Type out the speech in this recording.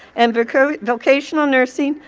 and vocational vocational nursing,